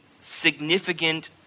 significant